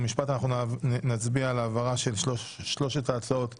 יש לנו כאן 3 הצעות זהות.